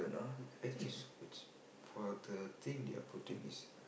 I think it's it's for the thing they are putting is